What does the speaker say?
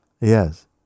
Yes